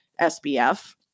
SBF